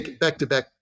back-to-back